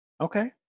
Okay